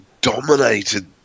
dominated